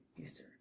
Easter